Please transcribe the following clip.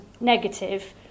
negative